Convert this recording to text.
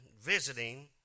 visiting